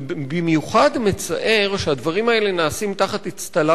ובמיוחד מצער שהדברים האלה נעשים תחת אצטלה